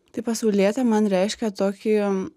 tai pasaulietė man reiškia tokį